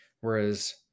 Whereas